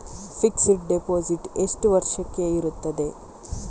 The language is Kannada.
ಫಿಕ್ಸೆಡ್ ಡೆಪೋಸಿಟ್ ಎಷ್ಟು ವರ್ಷಕ್ಕೆ ಇರುತ್ತದೆ?